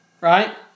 right